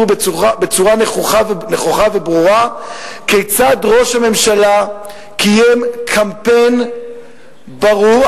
בצורה נכוחה וברורה כיצד ראש הממשלה קיים קמפיין ברור,